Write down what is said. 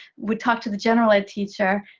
would talk to the general ed teacher.